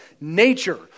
nature